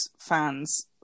fans